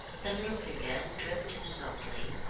the little figure tripped softly,